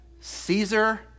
Caesar